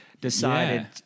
decided